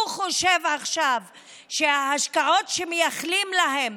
הוא חושב עכשיו שההשקעות שמייחלים להן